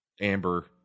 Amber